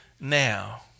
now